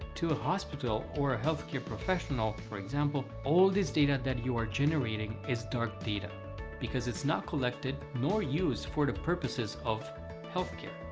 to a hospital or a healthcare professional, for example, all this data that you are generating is dark data because it's not collected, nor used for the purposes of healthcare.